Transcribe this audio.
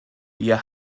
wir